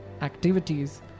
activities